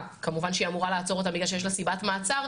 כמובן שהיא אמורה לעצור אותם בגלל שיש לה סיבת מעצר.